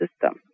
system